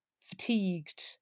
fatigued